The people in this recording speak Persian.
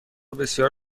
بسیار